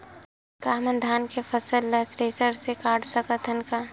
का हमन धान के फसल ला थ्रेसर से काट सकथन का?